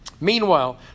Meanwhile